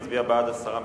מצביע בעד הסרה מסדר-היום.